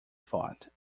thought